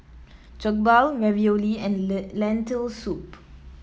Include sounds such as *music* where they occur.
Jokbal Ravioli and *unintelligible* Lentil Soup